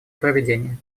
проведение